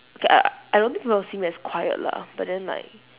okay uh I don't think people will see me as quiet lah but then like